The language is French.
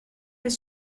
fait